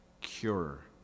cure